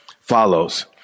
follows